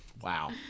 wow